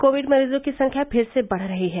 Covid मरीजों की संख्या फिर से बढ़ रही है